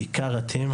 בעיקר אתם,